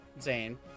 Zane